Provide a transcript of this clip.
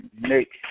next